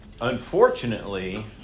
unfortunately